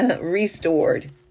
restored